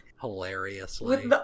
hilariously